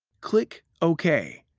click ok,